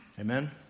Amen